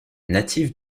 native